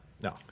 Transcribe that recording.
No